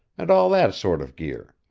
and all that sort of gear.